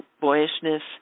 boyishness